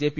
JP